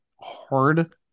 hard